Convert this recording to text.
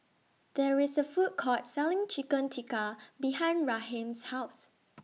There IS A Food Court Selling Chicken Tikka behind Raheem's House